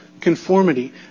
conformity